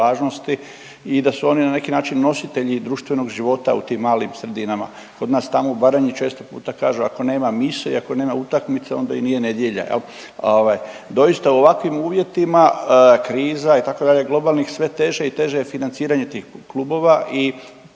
i da su oni na neki način nositelji društvenog života u tim malim sredinama. Kod nas tamo u Baranji često puta kažu kao mise i ako nema utakmice onda i nije nedjelja jel. Ovaj doista u ovakvim uvjetima kriza itd. globalnih sve teže i teže je financiranje tih klubova